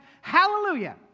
Hallelujah